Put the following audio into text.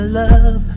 love